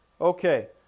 Okay